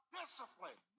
discipline